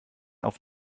auf